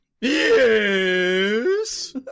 Yes